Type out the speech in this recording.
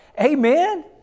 Amen